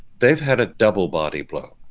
they've had a double body blow.